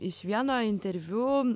iš vieno interviu